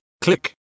click